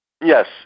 yes